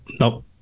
nope